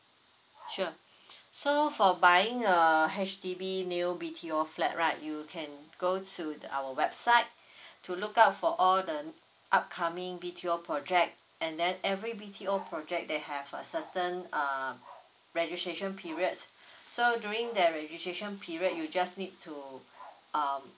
sure so for buying a H_D_B new B_T_O flat right you can go to the our website to look out for all the upcoming B_T_O project and then every B_T_O project they have a certain uh registration periods so during that registration period you just need to um